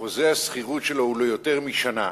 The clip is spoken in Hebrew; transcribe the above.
חוזה השכירות שלו הוא ליותר משנה,